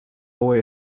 boy